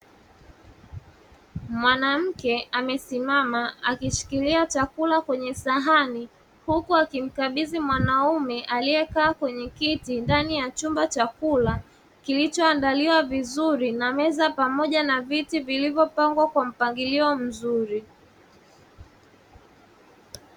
Mwanamke amesimama akishikilia chakula kwenye sahani, huku akimkabidhi mwanaume aliyekaa kwenye kiti (ndani ya chumba) chakula kilichoandaliwa vizuri, na meza pamoja na viti vilivyopangwa kwa mpangilio mzuri.